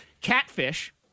Catfish